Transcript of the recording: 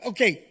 Okay